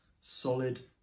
solid